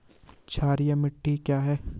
क्षारीय मिट्टी क्या है?